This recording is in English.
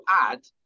add